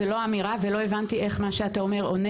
זאת לא אמירה ולא הבנתי איך מה שאתה אומר עונה